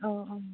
औ औ